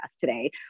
today